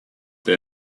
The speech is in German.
der